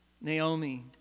Naomi